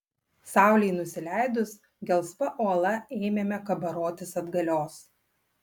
saulei nusileidus gelsva uola ėmėme kabarotis atgalios